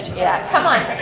yeah, come on.